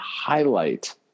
highlight